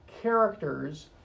characters